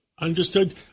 Understood